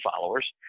followers